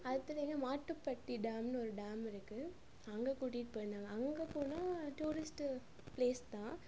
அது இத்தனைக்கும் மாட்டுப்பட்டி டேம்னு ஒரு டேம் இருக்குது அங்கே கூட்டிகிட்டு போயிருந்தாங்க அங்கே போனால் டூரிஸ்ட்டு பிளேஸ் தான்